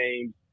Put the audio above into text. games